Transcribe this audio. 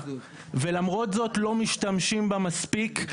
ולמרות זאת לא משתמשים בה מספיק.